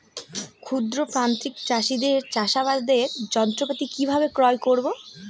ক্ষুদ্র প্রান্তিক চাষীদের চাষাবাদের যন্ত্রপাতি কিভাবে ক্রয় করব?